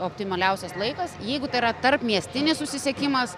optimaliausias laikas jeigu tai yra tarpmiestinis susisiekimas